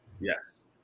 Yes